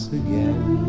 again